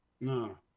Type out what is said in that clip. No